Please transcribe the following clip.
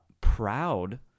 proud